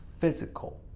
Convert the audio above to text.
physical